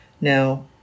now